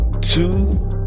two